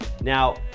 Now